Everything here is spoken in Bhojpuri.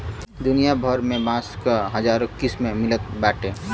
दुनिया भर में बांस क हजारो किसिम मिलत बाटे